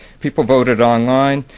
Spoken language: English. people voted online.